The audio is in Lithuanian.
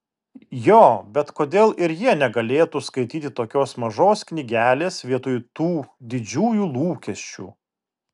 jo bet kodėl ir jie negalėtų skaityti tokios mažos knygelės vietoj tų didžiųjų lūkesčių